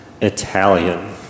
Italian